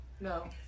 no